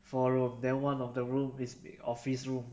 four room then one of the room is b~ office room